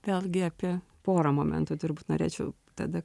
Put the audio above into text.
vėlgi apie porą momentų turbūt norėčiau tada